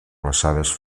glaçades